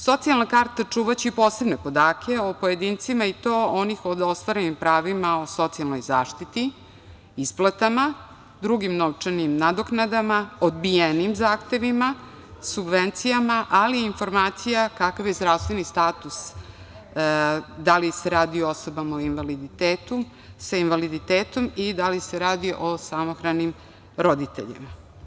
Socijalna karta čuvaće i posebne podatke o pojedincima, i to onih o ostvarenim pravima od socijalne zaštite, isplatama, drugim novčanim nadoknadama, odbijenim zahtevima, subvencijama, ali i informacije kakav je zdravstveni status, da li se radi o osobama sa invaliditetom i da li se radi o samohranim roditeljima.